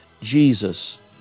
Jesus